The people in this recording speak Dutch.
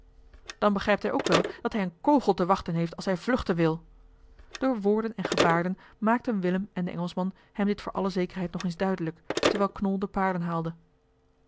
dan begrijpt hij ook wel dat hij een kogel te wachten heeft als hij vluchten wil door woorden en gebaren maakten willem en de engelschman hem dit voor alle zekerheid nog eens duidelijk terwijl knol de paarden haalde